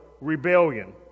rebellion